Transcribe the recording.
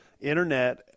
internet